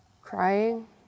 crying